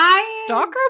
Stalker